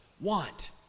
want